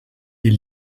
est